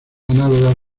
análogas